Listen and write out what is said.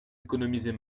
économisez